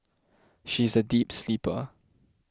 she is a deep sleeper